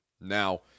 Now